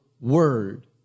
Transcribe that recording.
word